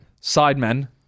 Sidemen